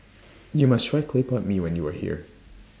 YOU must Try Clay Pot Mee when YOU Are here